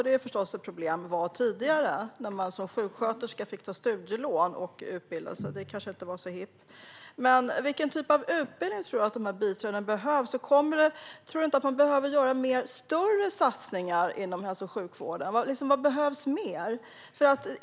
Det var ett problem tidigare att man som sjuksköterska fick ta studielån för att utbilda sig. Det kanske inte var så hippt. Men vilken typ av utbildning tror du att biträdena behöver, och tror du inte att man behöver göra större satsningar inom hälso och sjukvården? Vad behövs mer?